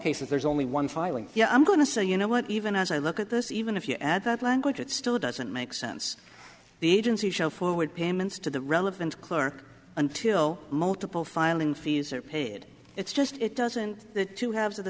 cases there's only one filing yeah i'm going to say you know what even as i look at this even if you add that language it still doesn't make sense the agency show forward payments to the relevant clerk until multiple filing fees are paid it's just it doesn't t